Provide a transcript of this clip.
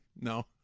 No